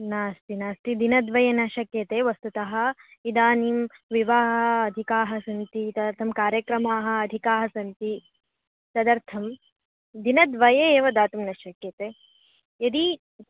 नास्ति नास्ति दिनद्वये न शक्यते वस्तुतः इदानीं विवाहाः अधिकाः सन्ति तदर्थं कार्यक्रमाः अधिकाः सन्ति तदर्थं दिनद्वये एव दातुं न शक्यते यदि